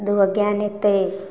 दुइगो ज्ञान हेतै